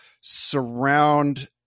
surround